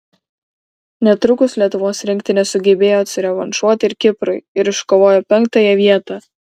netrukus lietuvos rinktinė sugebėjo atsirevanšuoti ir kiprui ir iškovojo penktąją vietą